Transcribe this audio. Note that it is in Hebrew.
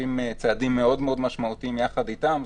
עושים צעדים מאוד מאוד משמעותיים יחד אתם.